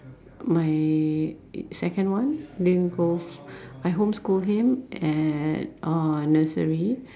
my second one didn't go I homeschool him at uh nursery